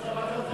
המצב הכלכלי.